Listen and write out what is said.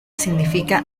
significa